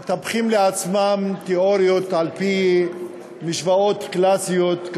מטפחים לעצמם תיאוריות על-פי משוואות קלאסיות,